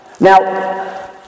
Now